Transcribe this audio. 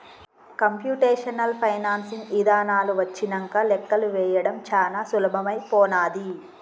computational financing ఇదానాలు వచ్చినంక లెక్కలు వేయడం చానా సులభమైపోనాది